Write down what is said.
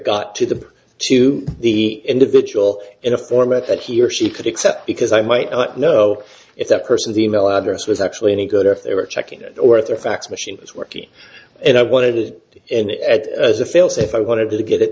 got to the to the individual in a format that he or she could accept because i might know if that person's email address was actually any good or if they were checking it or if their fax machine was working and i wanted it and at the failsafe i wanted to get